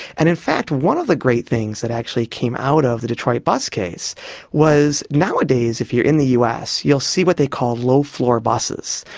and in fact one of the great things that actually came out of the detroit bus case was nowadays if you are in the us you'll see what they call low-floor buses.